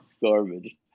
garbage